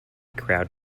crowd